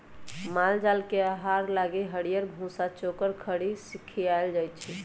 माल जाल के आहार लागी हरियरी, भूसा, चोकर, खरी खियाएल जाई छै